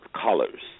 colors